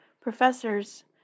professors